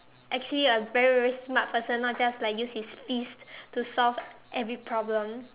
actually a very very smart person not just like use his fist to solve every problem